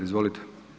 Izvolite.